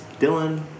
Dylan